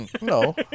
No